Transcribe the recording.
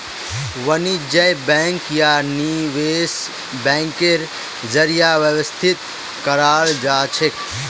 वाणिज्य बैंक या निवेश बैंकेर जरीए व्यवस्थित कराल जाछेक